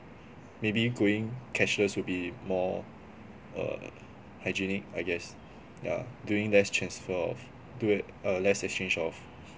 maybe going cashless will be more err hygienic I guess yeah doing less transfer of do it uh less exchange of